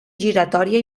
giratòria